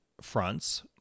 fronts